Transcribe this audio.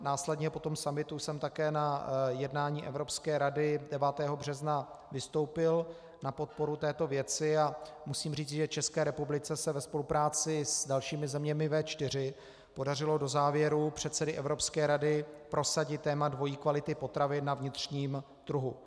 Následně po tom summitu jsem také na jednání Evropské rady 9. března vystoupil na podporu této věci a musím říci, že České republice se ve spolupráci s dalšími zeměmi V4 podařilo do závěrů předsedy Evropské rady prosadit téma dvojí kvality potravin na vnitřním trhu.